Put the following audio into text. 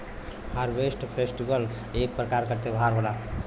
harvest festival एक प्रकार क त्यौहार होला